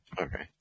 okay